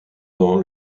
dans